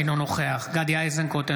אינו נוכח גדי איזנקוט,